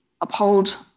uphold